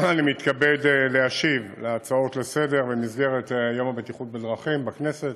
אני מתכבד להשיב על הצעות לסדר-היום במסגרת יום הבטיחות בדרכים בכנסת.